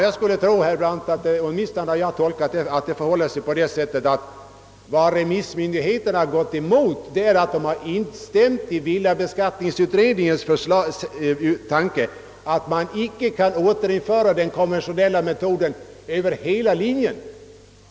Jag har tolkat detta så, herr Brandt, att vad remissmyndigheterna gjort är att de har instämt i villabeskattningsutredningens uttalande att man icke torde kunna återinföra den konventionella metoden över hela linjen.